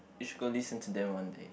you should go listen to them one day